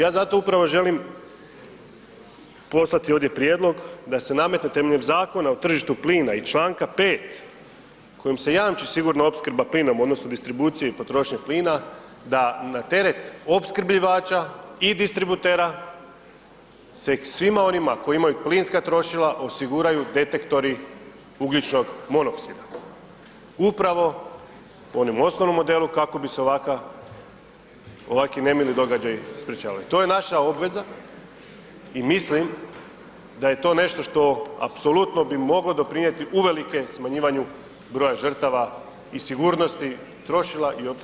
Ja zato upravo želim poslati ovdje prijedlog da se nametne temeljem Zakona o tržištu plina i čl. 5. kojim se jamči sigurna opskrba plinom odnosno distribucije i potrošnje plina da na teret opskrbljivača i distributera se svima onima koji imaju plinska trošila osiguraju detektori ugljičnog monoksida, upravo u onom osnovnom modelu kako bi se ovaka, ovaki nemili događaji sprječavali, to je naša obveza i mislim da je to nešto što apsolutno bi moglo doprinjeti uvelike smanjivanju broja žrtava i sigurnosti trošila i opskrbe plinom.